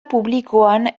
publikoan